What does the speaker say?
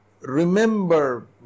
remember